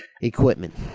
equipment